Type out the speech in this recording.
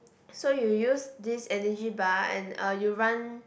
so you use this energy bar and uh you run